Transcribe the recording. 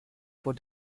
vor